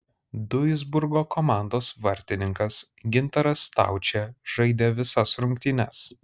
duisburgo komandos vartininkas gintaras staučė žaidė visas rungtynes